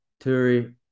turi